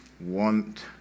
want